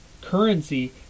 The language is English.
currency